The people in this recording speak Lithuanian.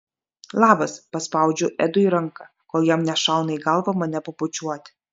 labas paspaudžiu edui ranką kol jam nešauna į galvą mane pabučiuoti